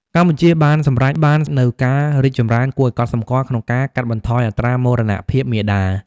កម្ពុជាបានសម្រេចបាននូវការរីកចម្រើនគួរឱ្យកត់សម្គាល់ក្នុងការកាត់បន្ថយអត្រាមរណភាពមាតា។